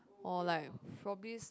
or like probably